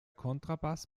kontrabass